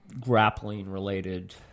grappling-related